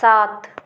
सात